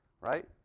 Right